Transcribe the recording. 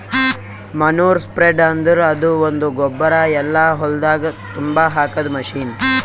manure spreader ಅಂದುರ್ ಅದು ಒಂದು ಗೊಬ್ಬರ ಎಲ್ಲಾ ಹೊಲ್ದಾಗ್ ತುಂಬಾ ಹಾಕದ್ ಮಷೀನ್